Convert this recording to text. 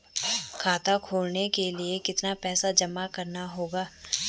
खाता खोलने के लिये कितना पैसा जमा करना होगा?